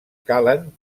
calen